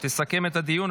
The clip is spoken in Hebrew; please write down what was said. תסכם את הדיון,